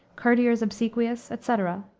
courtiers obsequious, etc.